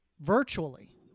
virtually